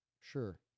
sure